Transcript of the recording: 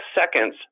seconds